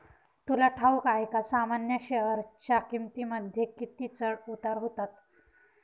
तुला ठाऊक आहे का सामान्य शेअरच्या किमतींमध्ये किती चढ उतार होतात